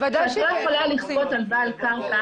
-- את לא יכולה לכפות על בעל קרקע